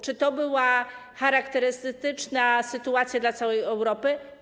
Czy to była charakterystyczna sytuacja dla całej Europy?